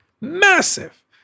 massive